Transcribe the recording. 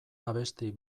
abesti